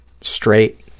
Straight